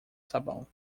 sabão